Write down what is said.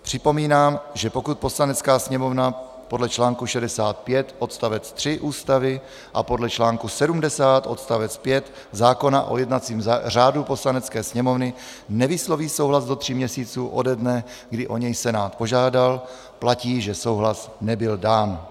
Připomínám, že pokud Poslanecká sněmovna podle článku 65 odst. 3 Ústavy a podle článku 70 odst. 5 zákona o jednacím řádu Poslanecké sněmovny nevysloví souhlas do tří měsíců ode dne, kdy o něj Senát požádal, platí, že souhlas nebyl dán.